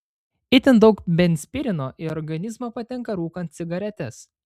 itin daug benzpireno į organizmą patenka rūkant cigaretes